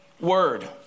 word